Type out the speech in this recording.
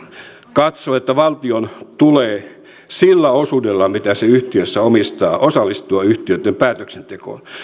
katsoo että valtion tulee sillä osuudella mitä se yhtiöissä omistaa osallistua yhtiöitten päätöksentekoon